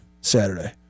Saturday